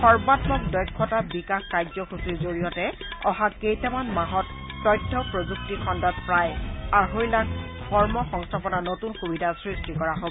সৰ্বাত্মক দক্ষতা বিকাশ কাৰ্যসূচীৰ জৰিয়তে অহা কেইটামান মাহত তথ্য প্ৰযুক্তি খণ্ডত প্ৰায় আঢ়ৈ লাখ কৰ্ম সংস্থাপনৰ নতুন সুবিধা সৃষ্টি কৰা হ'ব